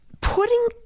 putting